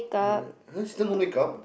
uh still no makeup